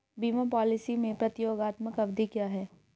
बीमा पॉलिसी में प्रतियोगात्मक अवधि क्या है?